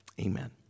Amen